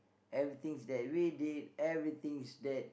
every things that we did every things that